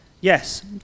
Yes